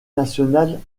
nationale